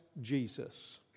Jesus